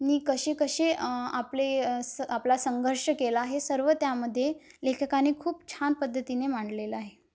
नी कसे कसे आपले स आपला संघर्ष केला आहे सर्व त्यामध्ये लेखकाने खूप छान पद्धतीने मांडलेलं आहे